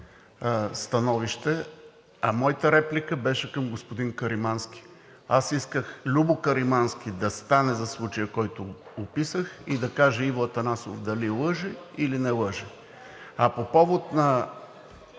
а моята реплика беше към господин Каримански. Аз исках Любо Каримански да стане за случая, който описах, и да каже Иво Атанасов дали лъже, или не лъже.